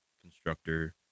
constructor